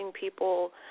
people